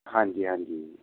ਹਾਂਜੀ ਹਾਂਜੀ